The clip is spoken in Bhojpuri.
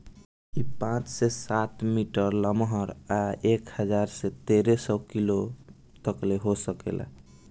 इ पाँच से सात मीटर लमहर आ एक हजार से तेरे सौ किलो तकले हो सकेला